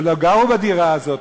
או לא גרו בדירה הזאת,